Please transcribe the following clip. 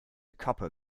copper